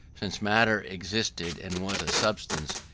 since matter existed and was a substance,